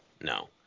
no